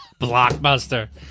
Blockbuster